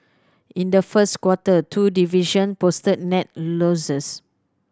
in the first quarter two division posted net losses